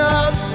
up